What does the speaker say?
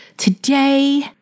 Today